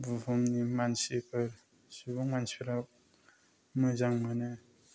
बुहुमनि मानसिफोर गासिबो मानसिफोरा मोजां मोनो